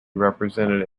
represented